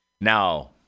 Now